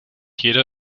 jeder